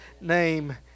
name